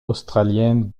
australienne